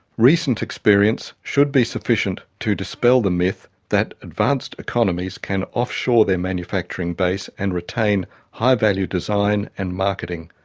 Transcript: recent experience should be sufficient to dispel the myth that advanced economies can offshore their manufacturing base and retain high value design and marketing.